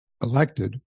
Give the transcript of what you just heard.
elected